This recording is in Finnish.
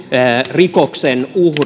rikoksen